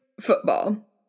football